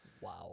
Wow